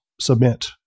submit